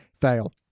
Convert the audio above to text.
Fail